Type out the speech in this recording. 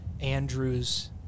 Andrew's